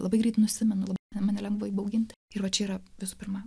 labai greit nusimenu tame nelengva įbauginti ir o čia yra visų pirma